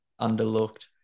underlooked